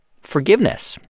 forgiveness